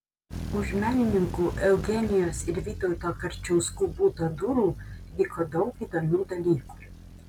už menininkų eugenijos ir vytauto karčiauskų buto durų vyko daug įdomių dalykų